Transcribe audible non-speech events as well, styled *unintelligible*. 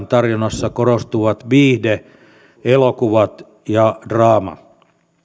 *unintelligible* tarjonnassa korostuvat viihde elokuvat ja draama